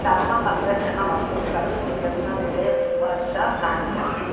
ചർമ്മസംരക്ഷണ വസ്തുക്കൾ എന്നതിലെ ശുപാർശ കാണിക്കാമോ